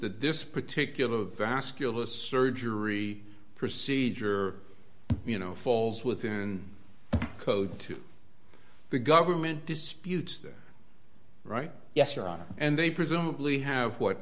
that this particular of vascular surgery procedure you know falls within the code to the government disputes that right yes or not and they presumably have what